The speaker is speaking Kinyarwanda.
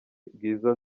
bwiza